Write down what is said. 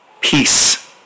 peace